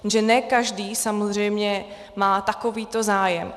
Jenže ne každý samozřejmě má takovýto zájem.